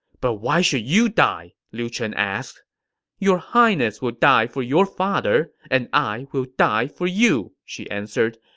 but why should you die? liu chen asked your highness will die for your father, and i will die for you, she answered.